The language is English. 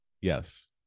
Yes